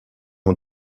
ont